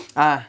ah